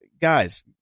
guys